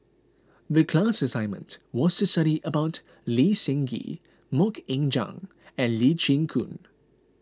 the class assignment was to study about Lee Seng Gee Mok Ying Jang and Lee Chin Koon